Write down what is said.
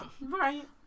Right